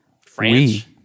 French